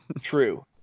true